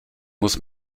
muss